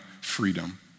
freedom